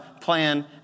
plan